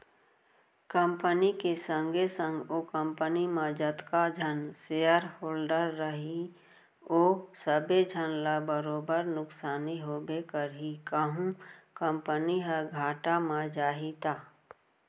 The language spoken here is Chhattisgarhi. कंपनी के संगे संग ओ कंपनी म जतका झन सेयर होल्डर रइही ओ सबे झन ल बरोबर नुकसानी होबे करही कहूं कंपनी ह घाटा म जाही त